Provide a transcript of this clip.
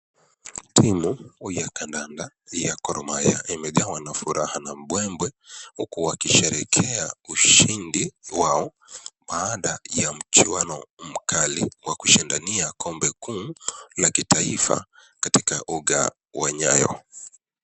Timu ya kandanda ya Gor Mahia imegawa na furaha na mbwembwe, huku wakisherehekea ushindi wao, baada ya mchuano mkali wa kushindania kombe kuu la kitaifa katika uga wa Nyayo.